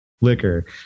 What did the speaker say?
liquor